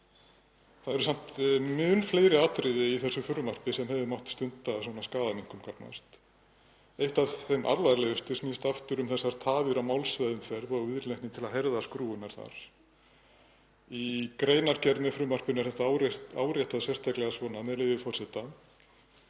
Það eru samt mun fleiri atriði í þessu frumvarpi sem hefði mátt stunda svona skaðaminnkun gagnvart. Eitt af þeim alvarlegustu snýst um tafir á málsmeðferð og viðleitni til að herða skrúfurnar þar. Í greinargerð með frumvarpinu er þetta áréttað sérstaklega, með leyfi forseta: